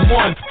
one